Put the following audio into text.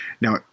Now